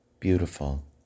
beautiful